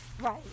right